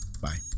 bye